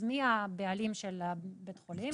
אז מי הבעלים של בית החולים?